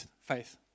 faith